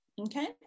okay